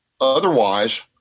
Otherwise